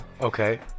Okay